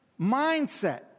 mindset